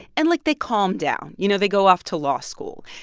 and, like, they calm down. you know, they go off to law school.